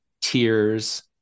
tears